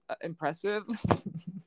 impressive